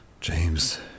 James